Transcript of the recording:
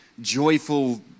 joyful